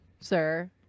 sir